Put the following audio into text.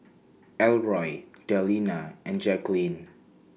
Elroy Delina and Jackeline